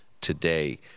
today